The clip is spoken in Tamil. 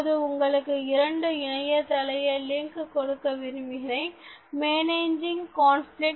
இப்பொழுது உங்களுக்கு இரண்டு இணையதள லிங் கொடுக்க விரும்புகிறேன்